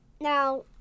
now